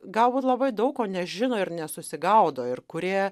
galbūt labai daug ko nežino ir nesusigaudo ir kurie